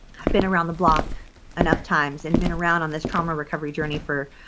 been around the block enough times and been around on this trauma recovery journey for